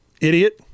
Idiot